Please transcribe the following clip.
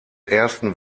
ersten